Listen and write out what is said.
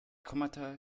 kommata